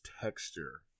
texture